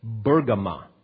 Bergama